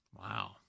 Wow